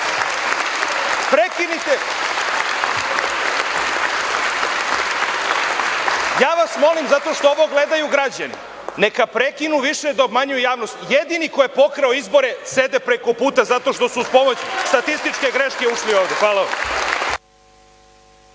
prekinite. Ja vas molim, zato što ovo gledaju građani, neka prekinu više da obmanjuju javnost. Jedini koji je pokrao izbore sede prekoputa, zato što su uz pomoć statističke greške ušli ovde. Hvala. Tražim